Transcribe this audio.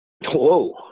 Whoa